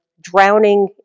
drowning